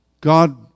God